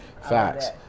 Facts